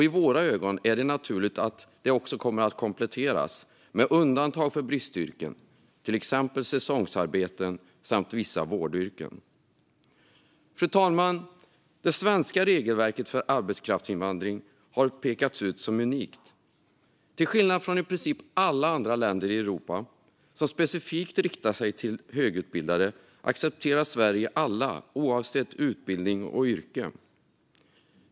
I våra ögon är det naturligt att kraven kommer att kompletteras med undantag för bristyrken, till exempel säsongsarbeten samt vissa vårdyrken. Fru talman! Det svenska regelverket för arbetskraftsinvandring har pekats ut som unikt. Till skillnad från i princip alla andra länder i Europa, som specifikt riktar sig till högutbildade, accepterar Sverige alla oavsett utbildning och yrke.